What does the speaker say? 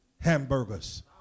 hamburgers